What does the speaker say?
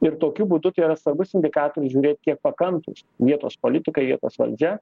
ir tokiu būdu tai yra svarbus indikatorius žiūrėt kiek pakantūs vietos politikai vietos valdžia